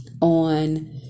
on